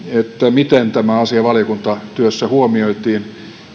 miten tämä asia valiokuntatyössä huomioitiin